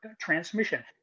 transmission